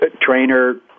trainer